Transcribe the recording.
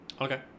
Okay